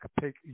take